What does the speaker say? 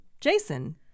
Jason